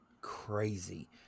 Crazy